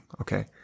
Okay